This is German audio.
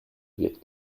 wird